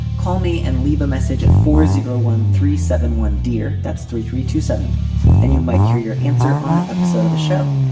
call me and leave a message at four zero one three seven one dear that's three three two seven and you might hear your answer on an episode of the show.